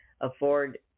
afford